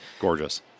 Gorgeous